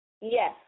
Yes